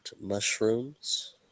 mushrooms